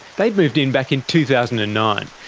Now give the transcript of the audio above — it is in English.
they'd moved in back in two thousand and nine,